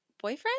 boyfriend